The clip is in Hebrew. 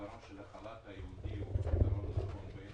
והפתרון של חל"ת ייעודי הוא פתרון נכון בעיני.